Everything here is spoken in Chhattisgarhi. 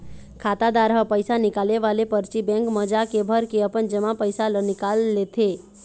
खातादार ह पइसा निकाले वाले परची बेंक म जाके भरके अपन जमा पइसा ल निकाल लेथे